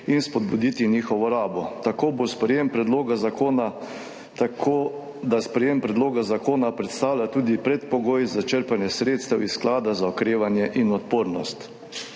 in spodbuditi njihovo rabo. Tako da sprejetje predloga zakona predstavlja tudi predpogoj za črpanje sredstev iz Sklada za okrevanje in odpornost.